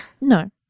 No